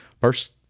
first